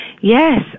Yes